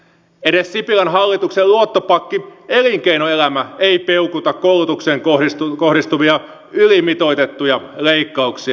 edes sipilän hallituksen luottopakki elinkeinoelämä ei peukuta koulutukseen kohdistuvia ylimitoitettuja leikkauksia